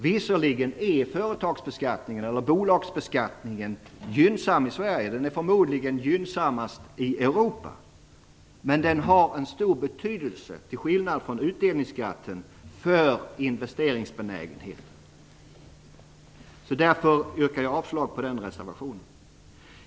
Visserligen är bolagsbeskattningen gynnsam i Sverige. Den är förmodligen gynnsammast i Europa. Men den har en stor betydelse för investeringsbenägenheten, till skillnad från utdelningsskatten. Därför yrkar jag avslag på den reservationen.